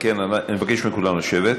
אני מבקש מכולם לשבת.